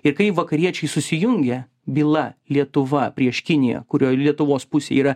ir kai vakariečiai susijungia byla lietuva prieš kiniją kurioj lietuvos pusė yra